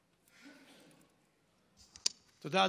תודה.